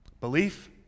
Belief